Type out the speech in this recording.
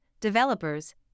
developers